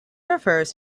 refers